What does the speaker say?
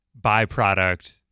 byproduct